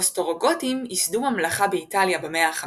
אוסטרוגותים ייסדו ממלכה באיטליה במאה ה-5,